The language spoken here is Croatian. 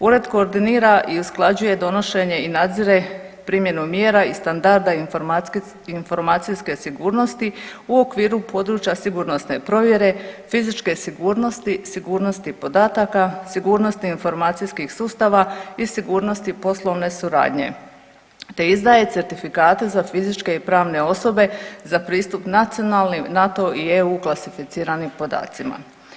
Ured koordinira i usklađuje donošenje i nadzire primjenu mjera i standarda informacijskih, informacijske sigurnosti u okviru područja sigurnosne provjere, fizičke sigurnosti, sigurnosti podataka, sigurnosti informacijskih sustava i sigurnosti poslovne suradnje te izdaje certifikate za fizičke i pravne osobe za pristup nacionalnim, NATO i EU klasificiranim podacima.